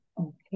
okay